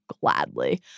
gladly